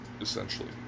essentially